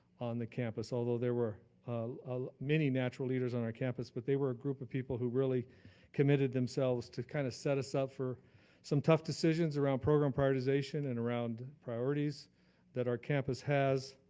on the campus, although there were ah ah many natural leaders on our campus. but they were a group of people who really committed themselves to kinda kind of set us up for some tough decisions around program prioritization and around priorities that our campus has.